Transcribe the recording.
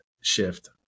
shift